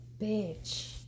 bitch